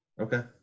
Okay